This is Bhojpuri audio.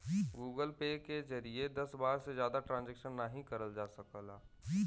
गूगल पे के जरिए दस बार से जादा ट्रांजैक्शन नाहीं करल जा सकला